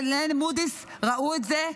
מודי'ס ראו את זה,